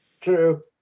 True